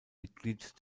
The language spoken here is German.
mitglied